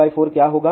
304 क्या होगा